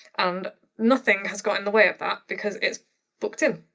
and nothing has got in the way of that because it's booked in.